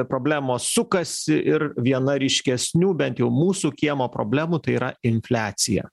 problemos sukasi ir viena ryškesnių bent jau mūsų kiemo problemų tai yra infliacija